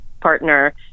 partner